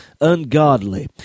ungodly